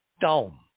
dome